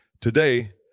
Today